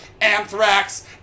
Anthrax